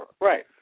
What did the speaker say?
Right